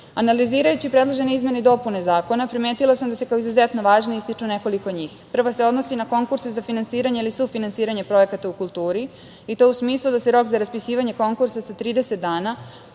kulturi. Analizirajući predložene izmene i dopune zakona, primetila sam da se, kao izuzetno važni ističu nekoliko njih. Prva se odnosi na konkurse za finansiranje ili sufinansiranje projekata u kulturi, i to u smislu da se rok za raspisivanje konkursa sa 30 dana